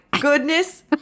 goodness